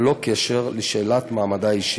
ללא קשר לשאלת מעמדה האישי.